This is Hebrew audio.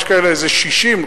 ויש כאלה איזה 60,